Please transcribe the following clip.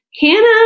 Hannah